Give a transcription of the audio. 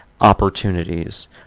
opportunities